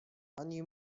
ani